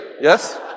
Yes